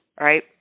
right